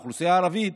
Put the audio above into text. או באוכלוסייה הערבית,